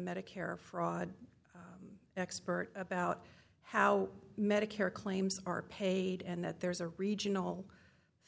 medicare fraud expert about how medicare claims are paid and that there's a regional